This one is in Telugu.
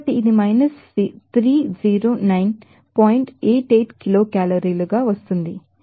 88 కిలోకేలరీలు గా వస్తుంది